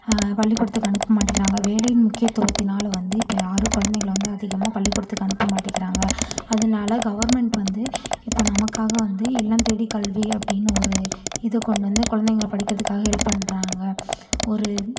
பள்ளிக்கூடத்துக்கு அனுப்ப மாட்டைங்குறாங்க வேலையின் முக்கியத்துவத்துனால வந்து இப்போ யாரும் குழந்தைகளை வந்து அதிகமாக பள்ளிக்கூடத்துக்கு அனுப்ப மாட்டிங்குறாங்க அதனால கவர்ன்மெண்ட் வந்து இப்போது நமக்காக வந்து இல்லம் தேடி கல்வி அப்படினு ஒரு இது கொண்டு வந்து குழந்தைகளை படிக்கிறதுக்காக ஹெல்ப் பண்ணுறாங்க ஒரு